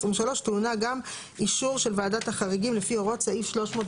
טעונה גם אישור של ועדת החריגים לפי הוראות סעיף